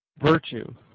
virtue